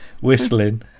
whistling